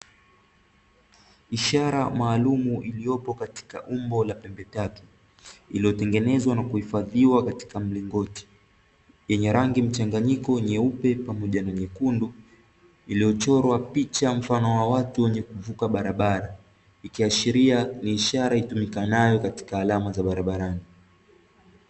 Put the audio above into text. ishara maalumu iliyopo katika umbo la pembe tatu iliyotengenezwa kwa kuhifadhiwa katika mlingoti, yenye rangi mchangayiko nyeupe pamoja na nyekundu iliyochorwa picha mfano wa watu wenye kuvuka barabara iikiashiria ni ishara itumikanayo katika alama za barabarani .